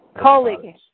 Colleague